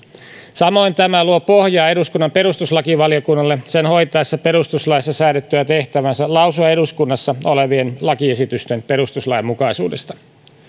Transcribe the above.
samoin tämä luo pohjaa eduskunnan perustuslakivaliokunnalle sen hoitaessa perustuslaissa säädettyä tehtäväänsä lausua eduskunnassa olevien lakiesitysten perustuslainmukaisuudesta